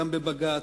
גם בבג"ץ,